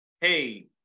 hey